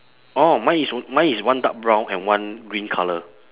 orh mine is mine is one dark brown and one green colour